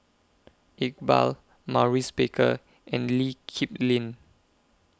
Iqbal Maurice Baker and Lee Kip Lin